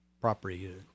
property